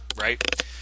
right